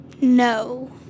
No